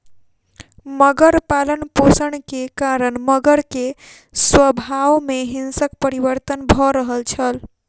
मगर पालनपोषण के कारण मगर के स्वभाव में हिंसक परिवर्तन भ रहल छल